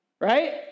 right